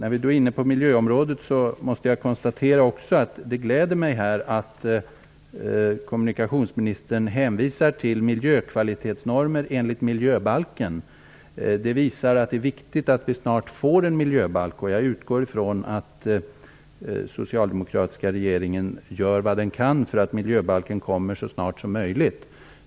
Då vi är inne på miljöområdet måste jag konstatera att det gläder mig att kommunikationsministern hänvisar till miljökvalitetsnormer enligt miljöbalken. Det visar att det är viktigt att vi snart får en miljöbalk. Jag utgår från att den socialdemokratiska regeringen gör vad den kan för att en miljöbalk kommer så snart som möjligt.